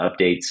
updates